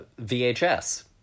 VHS